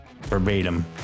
verbatim